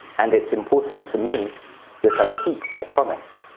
and it's important to me that i keep my promise.